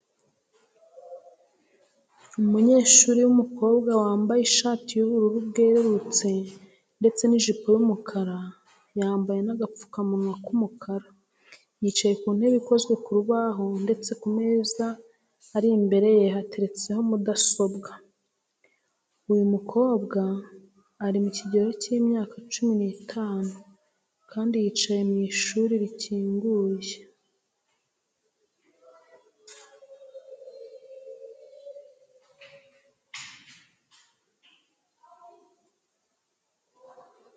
Umunyeshuri w'umukobwa wambaye ishati y'ubururu bwerurutse ndetse n'ijipo y'umukara, yambaye n'agapfukamunwa k'umukara, yicaye ku ntebe ikozwe mu rubaho ndetse ku meza ari imbere ye hateretseho mudasobwa. Uyu mukobwa ari mu kigero cy'imyaka cumi n'itanu kandi yicaye mu ishuri rikinguye.